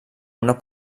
una